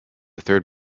third